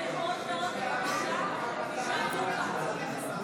חברי הכנסת, המזכיר כמעט לא שומע את עצמו.